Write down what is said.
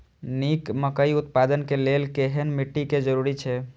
निक मकई उत्पादन के लेल केहेन मिट्टी के जरूरी छे?